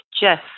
Jeff